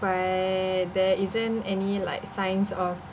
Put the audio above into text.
but there isn't any like signs of